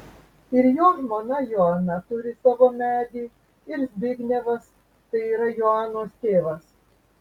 ir jo žmona joana turi savo medį ir zbignevas tai yra joanos tėvas